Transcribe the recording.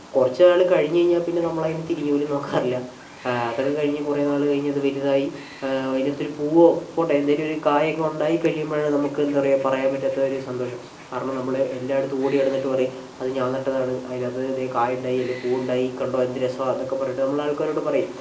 കുറച്ച് നാൾ കഴിഞ്ഞ് കഴിഞ്ഞാൽ പിന്നെ നമ്മളതിനെ തിരിഞ്ഞു പോലും നോക്കാറില്ല അതൊക്കെ കഴിഞ്ഞ് കുറെ നാളൊക്കെ കഴിഞ്ഞ് അത് വലുതായി അതിനൊത്തിരി പൂവോ പോട്ടെ എന്തെങ്കിലും ഒരു കായൊക്കെ ഉണ്ടായി കഴിയുമ്പോഴാണ് നമുക്ക് എന്താ പറയുക പറയാൻ പറ്റാത്തൊരു സന്തോഷം കാരണം നമ്മൾ എല്ലായിടത്തും ഓടി നടന്നിട്ട് പറയും അത് ഞാൻ നട്ടതാണ് അതിനകത്ത് ദേ കായുണ്ടായി അല്ലെ പൂ ഉണ്ടായി കണ്ടോ എന്ത് രസാ എന്നൊക്കെ പറഞ്ഞിട്ട് നമ്മൾ ആൾക്കാരോട് പറയും